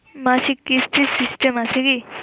মাসিক কিস্তির সিস্টেম আছে কি?